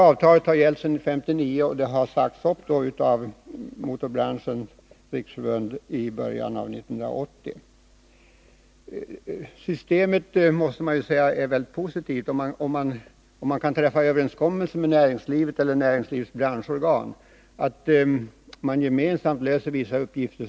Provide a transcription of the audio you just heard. Avtalet, som gällt sedan 1959, sades upp av Motorbranschens riksförbund i början av 1980. Jag ser positivt på ett system där myndigheterna kan träffa överenskommelse med näringslivet eller dess branschorgan om att gemensamt lösa vissa uppgifter.